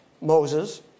Moses